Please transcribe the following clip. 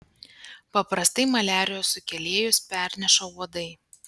paprastai maliarijos sukėlėjus perneša uodai